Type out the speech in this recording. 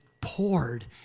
poured